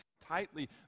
tightly